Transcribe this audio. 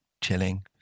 chilling